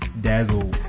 Dazzle